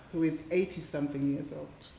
who is eighty something years old,